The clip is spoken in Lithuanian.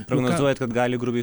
prognozuojat kad gali grubiai